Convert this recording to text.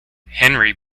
henry